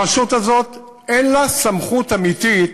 הרשות הזאת, אין לה סמכות אמיתית,